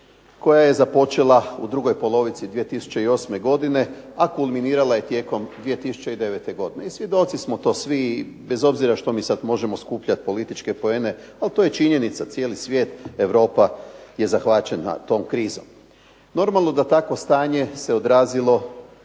koja je započela u drugoj polovici 2008. godine, a kulminirala je tijekom 2009. godine i svjedoci smo to svi i bez obzira što mi sad možemo skupljati političke poene. Ali to je činjenica, cijeli svijet, Europa je zahvaćena tom krizom. Normalno da takvo stanje se odrazilo